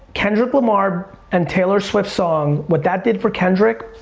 kendrick lamar and taylor swift song, what that did for kendrick,